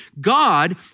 God